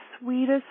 sweetest